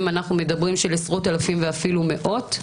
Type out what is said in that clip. אנחנו מדברים של עשרות אלפים ואפילו מאות,